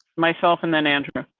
myself, and then andrew.